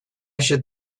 should